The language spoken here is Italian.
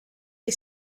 che